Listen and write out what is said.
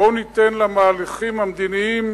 בואו ניתן למהלכים המדיניים